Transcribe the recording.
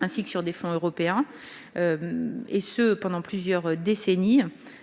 ainsi que sur des fonds européens, et ce pendant plusieurs décennies.